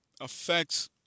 affects